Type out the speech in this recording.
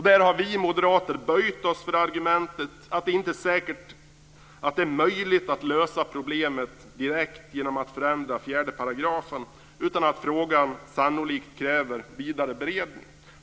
Där har vi moderater böjt oss för argumentet att det inte är säkert att det går att lösa problemet direkt genom att förändra 4 §, utan sannolikt kräver frågan vidare beredning.